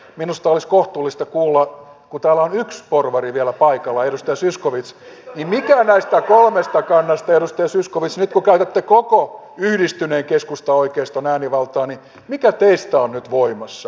minusta olisi kohtuullista kuulla kun täällä on yksi porvari vielä paikalla edustaja zyskowicz mikä näistä kolmesta kannasta edustaja zyskowicz nyt kun käytätte koko yhdistyneen keskustaoikeiston äänivaltaa on nyt teistä voimassa